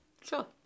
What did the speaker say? sure